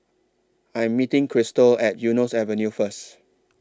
I Am meeting Christel At Eunos Avenue First